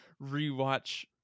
rewatch